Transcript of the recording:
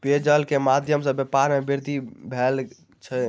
पेयजल के माध्यम सॅ व्यापार में वृद्धि भेल अछि